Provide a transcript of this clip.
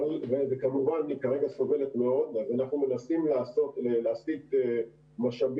כמובן היא כרגע סובלת מאוד אז אנחנו מנסים להסיט משאבים